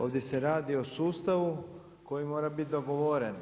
Ovdje se radi o sustavu koji mora bit dogovoren.